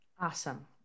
Awesome